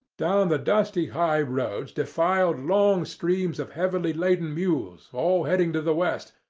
down the dusty high roads defiled long streams of heavily-laden mules, all heading to the west,